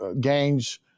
gains